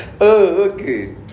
Okay